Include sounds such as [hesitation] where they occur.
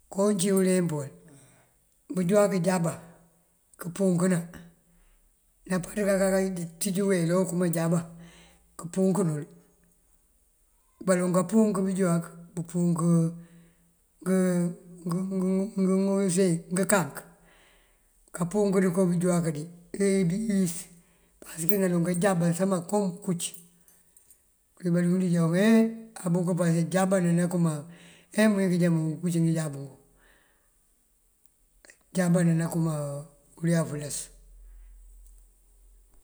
Koowun cí uleemp wël, bënjúwak jában këmpunkëna, nampaţ kakaţíj uweel okëma jában këmpunk nol. Baloŋ kampunk bënjúwak, bumpunk [hesitation] ngënkank, kampunk dí koo bënjúwak dí tee dí iyis. Pasëk naloŋ kanjában sëma kom unkuc. Wulwi balund jáwun e abuk pase jában anakëma ee ajá mëwín kënjá ne ngënkuc jáb ngun, ajában akëma ulef lës.